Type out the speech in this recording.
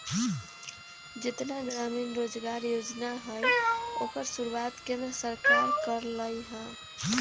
जेतना ग्रामीण रोजगार योजना हई ओकर शुरुआत केंद्र सरकार कर लई ह